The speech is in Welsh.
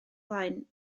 blaen